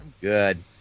Good